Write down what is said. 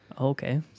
Okay